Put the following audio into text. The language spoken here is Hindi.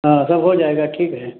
हाँ सब हो जाएगा ठीक है